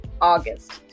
August